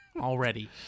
Already